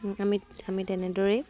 আমি আমি তেনেদৰেই